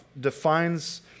defines